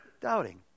Doubting